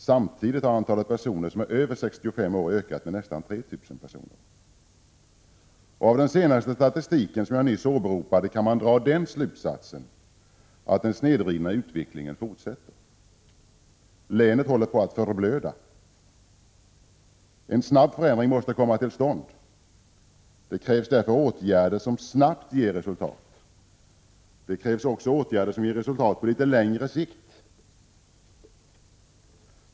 Samtidigt har antalet personer som är över 65 år ökat med nästan 3 000 personer. Av den senaste statistiken, som jag nyss åberopade, kan man dra den slutsatsen att den snedvridna utvecklingen fortsätter. Länet håller på att förblöda. En snabb förändring måste komma till stånd. Det krävs därför åtgärder som snabbt ger resultat. Det krävs också åtgärder som ger resultat på litet längre sikt.